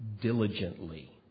Diligently